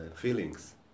feelings